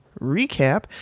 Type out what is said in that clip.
Recap